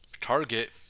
Target